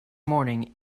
morning